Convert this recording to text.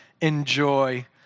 enjoy